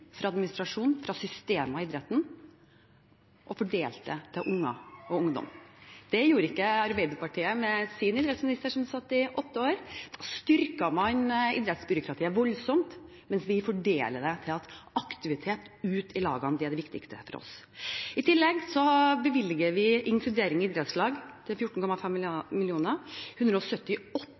fra administrasjon og fra systemer i idretten og fordelt dem til barn og ungdom. Det gjorde ikke Arbeiderpartiet da de hadde idrettsministeren i åtte år. Da styrket man idrettsbyråkratiet voldsomt, mens vi fordeler, for aktivitet ute i lagene er det viktigste for oss. I tillegg bevilger vi 14,5 mill. kr til ordningen Inkludering i idrettslag, 178 mill. kr går til